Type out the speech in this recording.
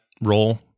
role